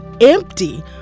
empty